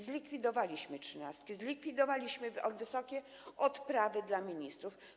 Zlikwidowaliśmy trzynastki, zlikwidowaliśmy wysokie odprawy dla ministrów.